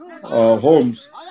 Homes